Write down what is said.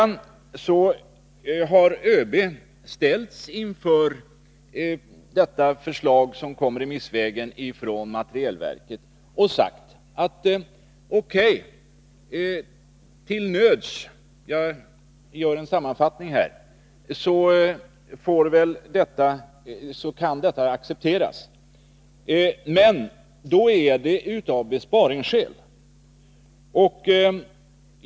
När ÖB ställdes inför FMV:s remissförslag sade han ungefär som så: O.K., till nöds kan detta accepteras, men då är det av besparingsskäl.